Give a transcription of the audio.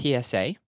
PSA